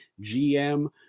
gm